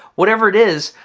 whatever it is,